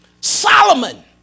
Solomon